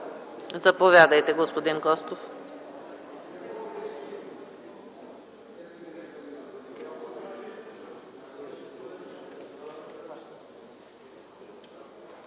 Заповядайте, господин Костов.